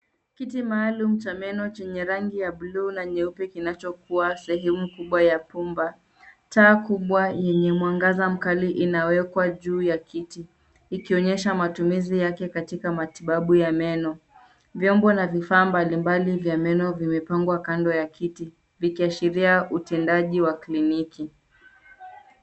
Kiti maalumu cha meno chenye rangi ya bluu na nyeupe kinachokua sehemu kubwa ya pumba. Taa kubwa yenye mwangaza mkali inawekwa juu ya kiti ikionyesha matumizi yake katika matibabu ya meno. Vyombo na vifaa mbalimbali vya meno vimepangwa kando ya kiti vikiashiria utendaji wa kliniki.